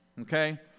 okay